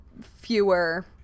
fewer